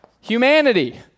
Humanity